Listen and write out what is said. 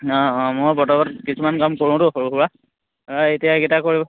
অঁ অঁ মই কিছুমান কাম কৰোঁতো সৰু সুৰা এতিয়া এই কেইটা কৰিব